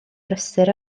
brysur